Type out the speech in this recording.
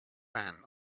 ran